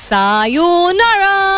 Sayonara